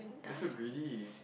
they're so greedy